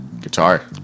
Guitar